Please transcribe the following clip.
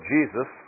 Jesus